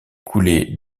coulé